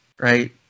Right